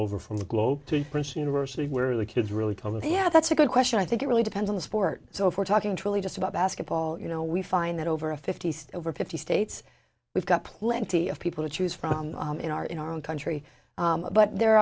over from the globe to princeton university where the kids really talk with yeah that's a good question i think it really depends on the sport so if we're talking truly just about basketball you know we find that over a fifty state over fifty states we've got plenty of people to choose from in our in our own country but there